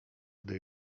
gdy